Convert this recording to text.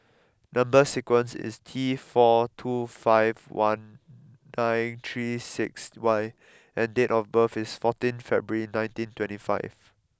number sequence is T four two five one nine three six Y and date of birth is fourteenth February nineteen twenty five